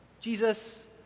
Jesus